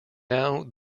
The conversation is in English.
now